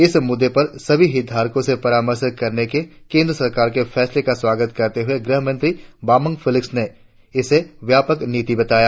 इस मुद्दे पर सभी हितधारकों से परामर्श करने के केंद्र सरकार के फैसले का स्वागत करते हुए गृह मंत्री बमांग फेलिक्स ने इसे व्यापक नीति बताया